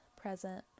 present